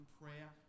prayer